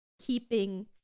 keeping